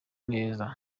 neza